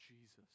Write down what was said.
Jesus